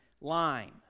line